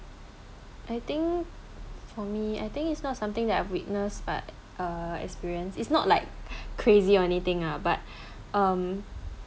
I think for me I think it's not something that I've witnessed but uh experienced it's not like crazy or anything lah but um